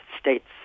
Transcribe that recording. state's